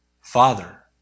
Father